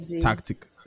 tactic